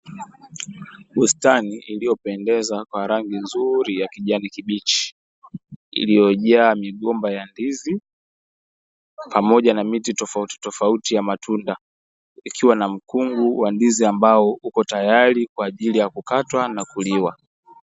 Bustani iliyopendeza kwa rangi nzuri ya kijani kibichi, iliyojaa migomba ya ndizi pamoja na miti tofauti tofauti ya matunda, ikiwa na mkungu wa ndizi ambao upo tayari kwa kukatwa na kuliwa.